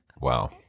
Wow